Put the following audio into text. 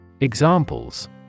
Examples